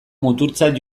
muturtzat